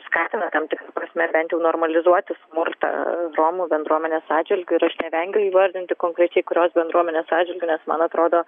skatina tam tikra prasme bent jau normalizuoti smurtą romų bendruomenės atžvilgiu ir nevengiu įvardinti konkrečiai kurios bendruomenės atžvilgiu nes man atrodo